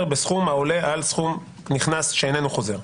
בסכום העולה על סכום נכנס שאינו חוזר.